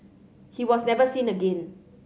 he was never seen again